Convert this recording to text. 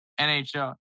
NHL